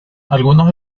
algunos